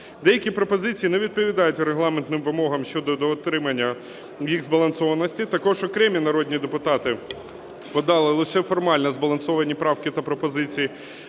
Деякі пропозиції не відповідають регламентним вимогам щодо дотримання їх збалансованості. Також окремі народні депутати подали лише формально збалансовані правки та пропозиції.